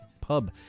Pub